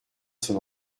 son